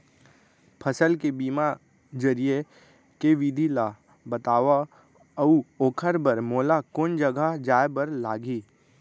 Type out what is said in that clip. फसल के बीमा जरिए के विधि ला बतावव अऊ ओखर बर मोला कोन जगह जाए बर लागही?